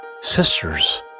sisters